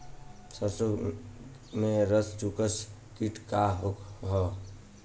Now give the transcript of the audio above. सरसो में रस चुसक किट का ह?